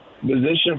position